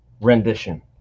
rendition